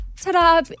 Ta-da